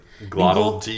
glottal